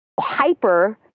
hyper